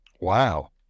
Wow